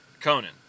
Conan